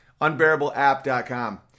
unbearableapp.com